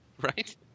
Right